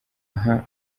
aha